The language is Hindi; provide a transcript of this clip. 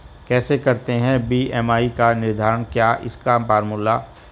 कैसे करते हैं बी.एम.आई का निर्धारण क्या है इसका फॉर्मूला?